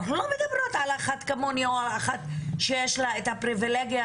לא על אחת כמוני או אחרת שיש לה את הפריבילגיה